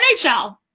NHL